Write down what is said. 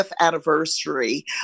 anniversary